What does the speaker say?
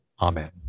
Amen